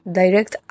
direct